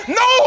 no